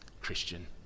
Christian